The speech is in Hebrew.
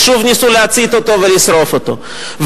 ושוב ניסו להצית אותו ולשרוף אותו,